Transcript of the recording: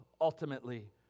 ultimately